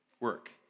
work